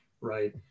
right